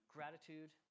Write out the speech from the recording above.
Gratitude